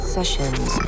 Sessions